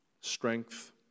strength